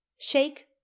shake